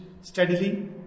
steadily